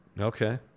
Okay